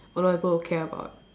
a lot of people will care about